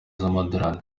z’amadorali